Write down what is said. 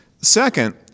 Second